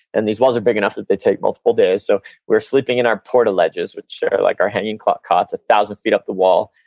and these ones are big enough that they take multiple days, so we're sleeping in our portal ledges which are like are hanging cots one thousand feet up the wall.